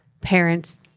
Parents